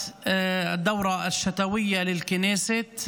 בשבוע הזה מסתיים כנס החורף של הכנסת.